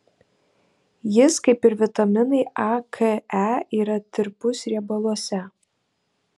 jis kaip ir vitaminai a k e yra tirpus riebaluose